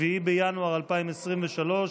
7 בינואר 2023,